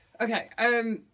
okay